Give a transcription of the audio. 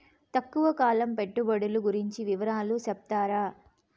తక్కువ కాలం పెట్టుబడులు గురించి వివరాలు సెప్తారా?